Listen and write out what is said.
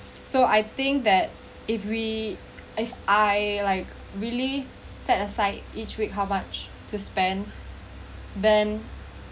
so I think that if we if I like really set aside each week how much to spend then